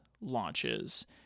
launches